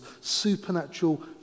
supernatural